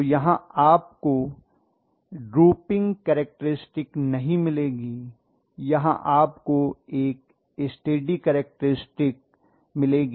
तो यहां आप को ड्रूपिंग कैरेक्टरिस्टिक नहीं मिलेगी यहां आप को एक स्टेडी कैरेक्टरिस्टिक मिलेगी